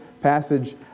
passage